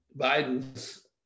Biden's